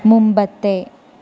മുമ്പത്തെ